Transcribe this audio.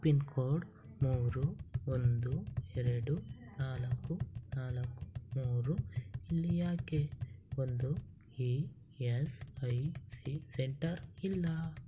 pin code ಮೂರು ಒಂದು ಎರಡು ನಾಲ್ಕು ನಾಲ್ಕು ಮೂರು ಇಲ್ಲಿ ಏಕೆ ಒಂದು E S I C centre ಇಲ್ಲ